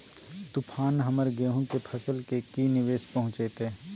तूफान हमर गेंहू के फसल के की निवेस पहुचैताय?